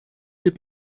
les